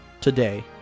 today